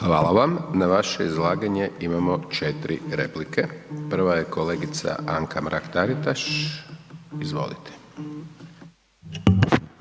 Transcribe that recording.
Hvala vam. Na vaše izlaganje imamo 4 replike. Prva je kolegica Anka Mrak-Taritaš. Izvolite.